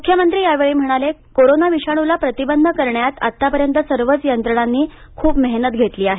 मुख्यमंत्री यावेळी म्हणाले कोरोना विषाणूला प्रतिबंध करण्यात आतापर्यंत सर्वच यंत्रणांनी खूप मेहनत घेतली आहे